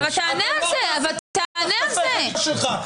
אתה לא תעשה פה מחטפי חקיקה שלך.